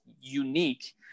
unique